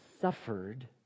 suffered